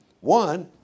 One